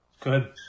Good